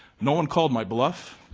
no one called my bluff,